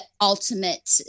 ultimate